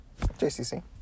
JCC